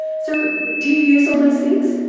so do you use all these things?